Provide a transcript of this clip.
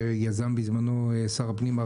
שיזם בזמנו שר הפנים,